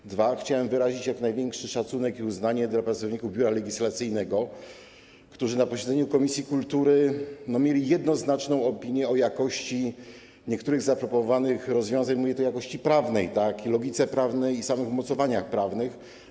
Po drugie, chciałem wyrazić jak największy szacunek i uznanie dla pracowników Biura Legislacyjnego, którzy na posiedzeniu komisji kultury mieli jednoznaczną opinię o jakości niektórych zaproponowanych rozwiązań, mówię tu o jakości prawnej, logice prawnej i samych umocowaniach prawnych.